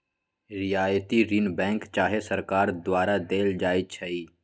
रियायती ऋण बैंक चाहे सरकार द्वारा देल जाइ छइ